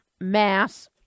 Mass